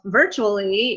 virtually